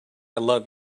love